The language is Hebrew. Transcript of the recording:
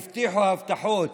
והבטיחו הבטחות